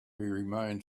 remained